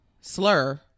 slur